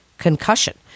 concussion